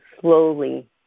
slowly